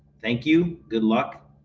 thank you. good luck.